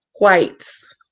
whites